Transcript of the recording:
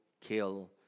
kill